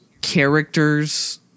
characters